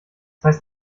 heißt